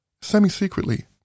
Semi-secretly